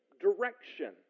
direction